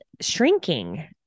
shrinking